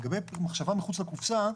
לגבי מחשבה מחוץ לקופסה,